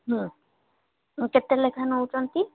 ହଁ କେତେ ଲେଖା ନେଉଛନ୍ତି